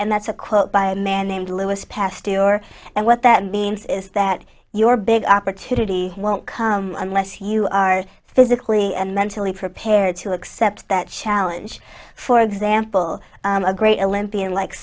and that's a quote by a man named louis past year and what that means is that your big opportunity won't come unless you are physically and mentally prepared to accept that challenge for example a great olympian like